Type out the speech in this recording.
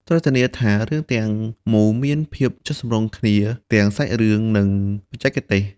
ត្រូវធានាថារឿងទាំងមូលមានភាពចុះសម្រុងគ្នាទាំងសាច់រឿង និងបច្ចេកទេស។